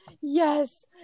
yes